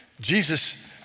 Jesus